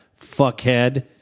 fuckhead